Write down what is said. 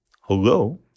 Hello